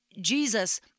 Jesus